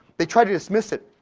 they try to dismiss it.